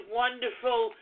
wonderful